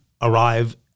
arrive